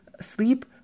sleep